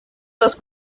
los